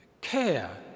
care